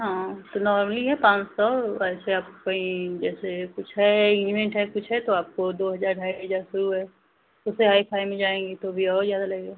हाँ तो नॉर्मली है पाँच सौ वैसे आपको कहीं जैसे कुछ है ईवेंट है कुछ है तो आपको दो हज़ार ढाई हज़ार शुरू है उससे हाईफ़ाई में जाएंगी तो भी और ज़्यादा लगेगा